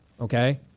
okay